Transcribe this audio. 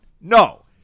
No